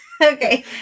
Okay